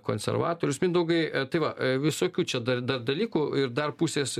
konservatorius mindaugai tai va visokių čia dar dar dalykų ir dar pusės